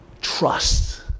trust